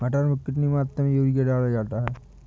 मटर में कितनी मात्रा में यूरिया डाला जाता है?